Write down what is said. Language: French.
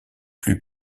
plus